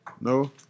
No